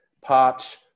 parts